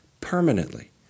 permanently